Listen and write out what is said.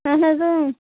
اہَن حَظ اۭں